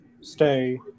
stay